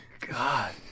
god